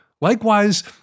Likewise